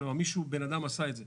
כלומר בן-אדם עשה את זה.